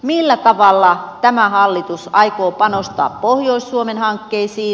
millä tavalla tämä hallitus aikoo panostaa pohjois suomen hankkeisiin